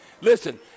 Listen